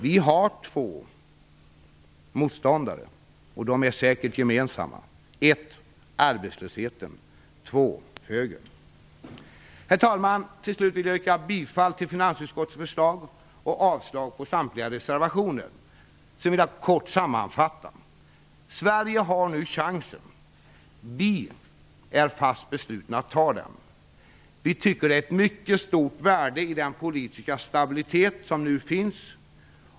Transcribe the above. Vi har två motståndare, och de är säkert gemensamma: 1. arbetslösheten, 2. högern. Herr talman! Till slut vill jag yrka bifall till finansutskottets hemställan och avslag på samtliga reservationer. Sedan vill jag kort sammanfatta. Sverige har nu chansen. Vi är fast beslutna att ta den. Vi tycker det ligger ett mycket stort värde i den politiska stabilitet som nu finns.